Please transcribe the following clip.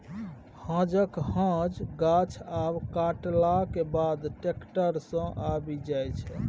हांजक हांज गाछ आब कटलाक बाद टैक्टर सँ आबि जाइ छै